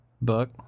book